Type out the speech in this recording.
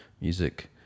music